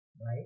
right